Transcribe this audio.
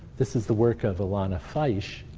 this is the work of alona fyshe.